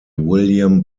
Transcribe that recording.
william